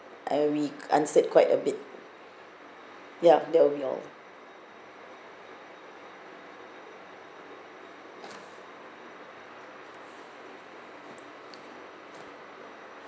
uh we answered quite a bit ya that will be all